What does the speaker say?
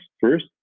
first